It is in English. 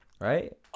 right